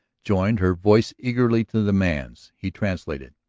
joined her voice eagerly to the man's. he translated.